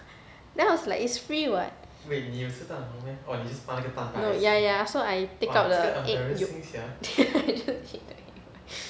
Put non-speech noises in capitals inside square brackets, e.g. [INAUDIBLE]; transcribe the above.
then I was like it's free [what] no ya ya so I take out the egg yolk then I just eat [LAUGHS]